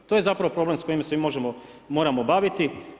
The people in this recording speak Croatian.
To je zapravo problem sa kojim se mi moramo baviti.